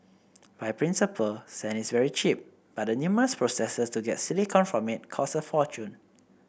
by principle sand is very cheap but the numerous processes to get silicon from it cost a fortune